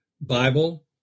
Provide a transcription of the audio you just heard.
Bible